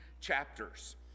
chapters